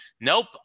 nope